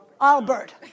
Albert